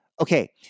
Okay